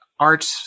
art